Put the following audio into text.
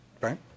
right